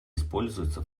используются